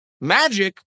Magic